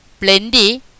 plenty